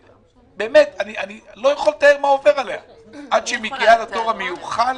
אני לא יכול לתאר מה עובר עליה עד שהיא מגיעה לתור המיוחל,